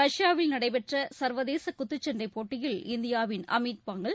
ரஷ்யாவில் நடைபெற்ற சுர்வதேச குத்துச்சண்டை போட்டியில் இந்தியாவின் அமித் பங்கல்